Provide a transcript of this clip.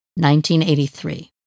1983